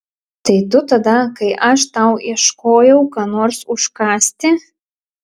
tai tu tada kai aš tau ieškojau ko nors užkąsti